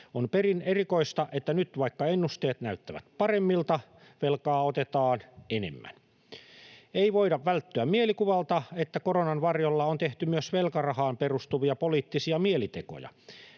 On perin erikoista, että nyt, vaikka ennusteet näyttävät paremmilta, velkaa otetaan enemmän. Ei voida välttyä mielikuvalta, että koronan varjolla on tehty myös velkarahaan perustuvia poliittisia mielitekoja.